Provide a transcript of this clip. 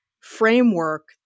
framework